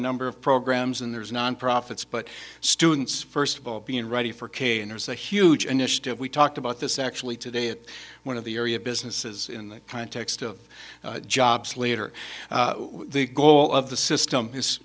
a number of programs and there's non profits but students first of all being ready for k and there's a huge initiative we talked about this actually today it one of the area businesses in the context of jobs leader the goal of the system is